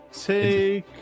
take